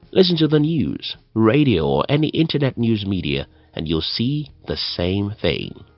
listen to the news, radio or any internet news media and you'll see the same thing.